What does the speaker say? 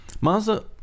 Mazda